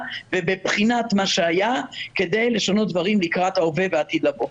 ובבחינת מה שהיה כדי לשנות דברים לקראת ההווה והעתיד לבוא.